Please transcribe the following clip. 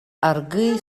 аргыый